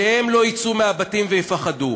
שהם לא יצאו מהבתים ויפחדו,